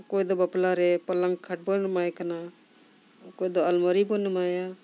ᱚᱠᱚᱭ ᱫᱚ ᱵᱟᱯᱞᱟ ᱨᱮ ᱯᱟᱞᱚᱝ ᱠᱷᱟᱴ ᱵᱚᱱ ᱮᱢᱟᱭ ᱠᱟᱱᱟ ᱚᱠᱚᱭ ᱫᱚ ᱟᱞᱢᱟᱨᱤ ᱵᱚᱱ ᱮᱢᱟᱭᱟ